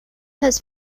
has